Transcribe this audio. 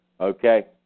okay